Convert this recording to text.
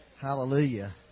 Hallelujah